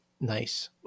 Nice